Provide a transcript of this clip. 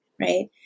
right